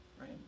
right